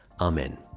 Amen